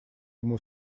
ему